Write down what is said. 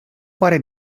pare